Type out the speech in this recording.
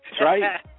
right